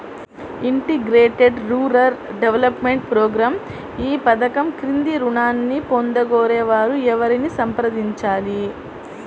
Integrated rural development program ఈ పధకం క్రింద ఋణాన్ని పొందగోరే వారు ఎవరిని సంప్రదించాలి?